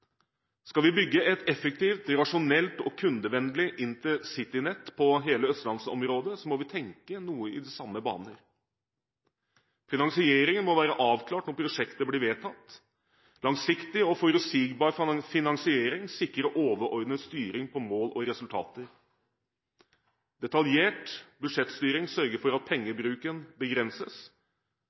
Skal vi bygge et effektivt, rasjonelt og kundevennlig intercitynett på hele Østlandsområdet, må vi tenke noe i de samme baner. Finansieringen må være avklart når prosjektet blir vedtatt. Langsiktig og forutsigbar finansiering sikrer overordnet styring på mål og resultater. Detaljert budsjettstyring sørger for at pengebruken begrenses,